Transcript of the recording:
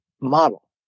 model